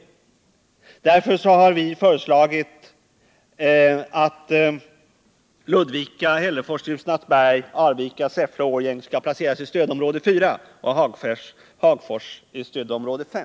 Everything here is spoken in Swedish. Av denna anledning har vi föreslagit att Ludvika, Hällefors, Ljusnarsberg, Arvika, Säffle och Årjäng skall placeras i stödområde 4, Hagfors i stödområde 5.